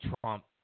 Trump